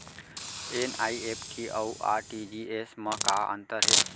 NEFT अऊ RTGS मा का अंतर हे?